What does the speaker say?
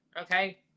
Okay